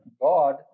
God